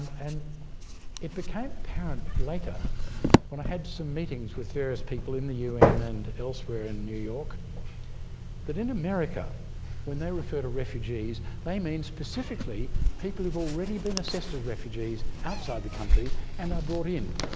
and it became apparent later when i had some meetings with various people in the un and elsewhere in new york that in america when they refer to refugees they mean specifically people who've already been assessed as refugees outside the country and are brought in.